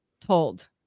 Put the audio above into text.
told